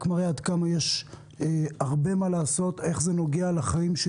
מראה עד כמה יש הרבה מה לעשות ואיך זה נוגע לחיים של